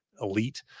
elite